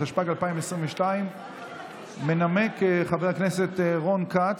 התשפ"ג 2022. מנמק חבר הכנסת רון כץ,